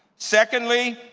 secondly,